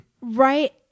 Right